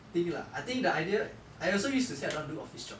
think lah I think the idea I also used to say I don't want do office job